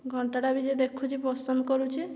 ଘଣ୍ଟାଟା ବି ଯିଏ ଦେଖୁଛି ପସନ୍ଦ କରୁଛି